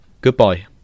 goodbye